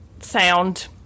sound